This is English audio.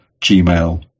Gmail